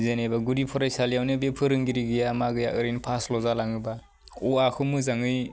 जेनेबा गुदि फरायसालियावनो बे फोरोंगिरि गैया मा गैया ओरैनो पासल' जालाङोबा अ आ खौ मोजाङै